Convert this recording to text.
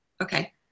Okay